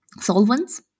solvents